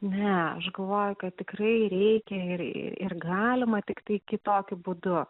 ne aš galvoju kad tikrai reikia ir ir galima tiktai kitokiu būdu